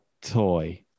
toy